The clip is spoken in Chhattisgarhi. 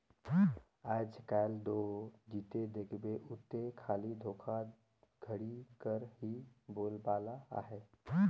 आएज काएल दो जिते देखबे उते खाली धोखाघड़ी कर ही बोलबाला अहे